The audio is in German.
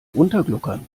untergluckern